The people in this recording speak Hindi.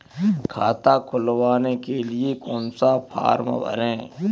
खाता खुलवाने के लिए कौन सा फॉर्म भरें?